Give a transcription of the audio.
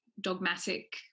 dogmatic